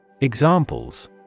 Examples